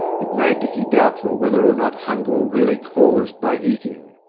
it made dicky doubtful whether or not hunger were really caused by eating.